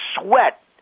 Sweat